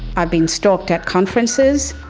i've been stalked at conferences.